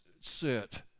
sit